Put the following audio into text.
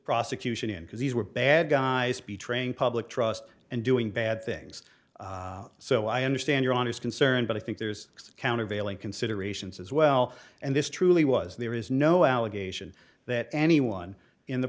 prosecution in because these were bad guys betraying public trust and doing bad things so i understand you're on his concern but i think there's a countervailing considerations as well and this truly was there is no allegation that anyone in the